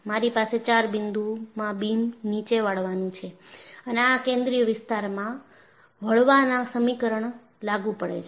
મારી પાસે 4 બિંદુમાં બીમ નીચે વાળવાનું છે અને આ કેન્દ્રીય વિસ્તારમાં વળવાના સમીકરણ લાગુ પડે છે